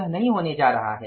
यह नहीं होने जा रहा है